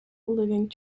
living